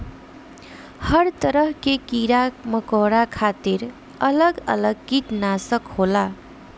हर तरह के कीड़ा मकौड़ा खातिर अलग अलग किटनासक होला